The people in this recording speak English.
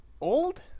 old